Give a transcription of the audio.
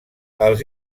els